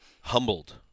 humbled